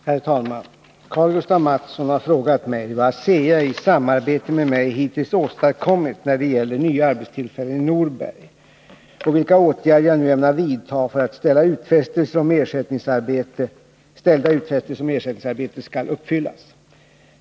Herr talman! Karl-Gustaf Mathsson har frågat mig vad ASEA i samarbete med mig hittills åstadkommit när det gäller nya arbetstillfällen i Norberg och vilka åtgärder jag nu ämnar vidta för att ställda utfästelser om ersättningsarbete skall uppfyllas.